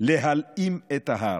להלאים את ההר.